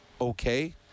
okay